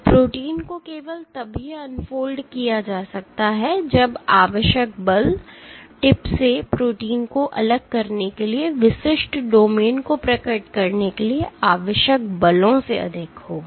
तो प्रोटीन को केवल तभी अनफोल्ड किया जा सकता है जब आवश्यक बल टिप से प्रोटीन को अलग करने के लिए विशिष्ट डोमेन को प्रकट करने के लिए आवश्यक बलों से अधिक हो